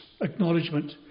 acknowledgement